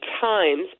times